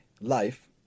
life